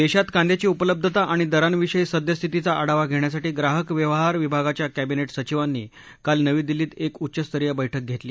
देशात कांद्याची उपलब्धता आणि दरांविषयी सद्यस्थितीचा आढावा घेण्यासाठी ग्राहक व्यवहार विभागाच्या कॅबिनेट सचिवांनी काल नवी दिल्लीत एक उच्चस्तरीय बैठक घेतली